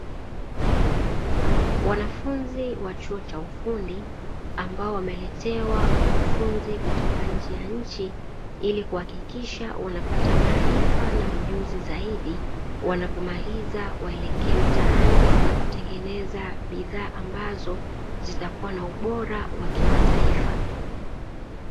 Wanafunzi wa chuo cha ufundi ambao wameletewa mkufunzi kutoka nje ya nchi ili kuhakikisha wanapata maarifa na ujuzi zaidi, wanapomaliza waelekee mtaani na kutengeneza bidhaa ambazo zitakuwa na ubora wa kimataifa.